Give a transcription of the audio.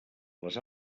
les